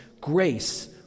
grace